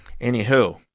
anywho